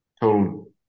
total